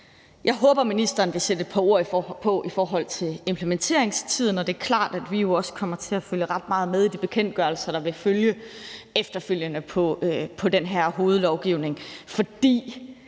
Jeg håber, at ministeren vil sætte et par ord på implementeringstiden. Det er klart, at vi også kommer til at følge ret meget med i de bekendtgørelser, der vil følge af den her hovedlovgivning, for